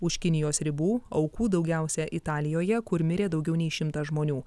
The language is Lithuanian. už kinijos ribų aukų daugiausia italijoje kur mirė daugiau nei šimtas žmonių